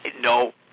no